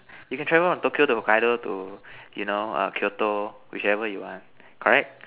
you can travel from Tokyo to Hokkaido to you know err Kyoto whichever you want correct